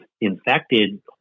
infected